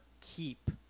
keep